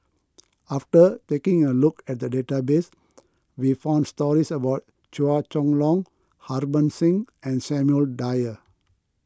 after taking a look at the database we found stories about Chua Chong Long Harbans Singh and Samuel Dyer